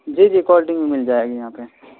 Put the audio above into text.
جی جی cold drink بھی مل جائے گی یہاں پہ